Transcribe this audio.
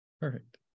Perfect